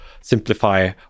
simplify